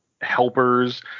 helpers